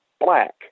black